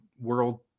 world